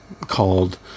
called